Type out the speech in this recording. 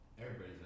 everybody's